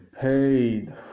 paid